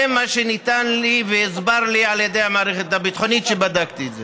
זה מה שניתן לי והוסבר לי על ידי המערכת הביטחונית כשבדקתי את זה.